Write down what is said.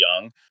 young